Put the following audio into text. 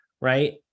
right